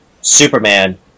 Superman